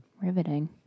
Riveting